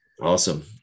awesome